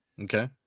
Okay